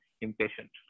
impatient